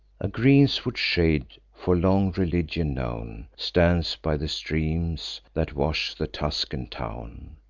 a greenwood shade, for long religion known, stands by the streams that wash the tuscan town,